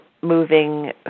moving